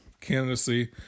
candidacy